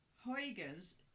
Huygens